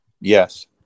Yes